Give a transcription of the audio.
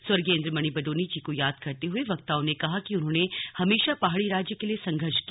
स्वर्गीय इंद्रमणि बडोनी जी को याद करते हुए वक्ताओं ने कहा कि उन्होंने हमेशा पहाड़ी राज्य के लिए संघर्ष किया